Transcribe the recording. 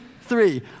three